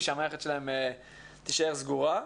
והמערכת שלהם תישאר סגורה.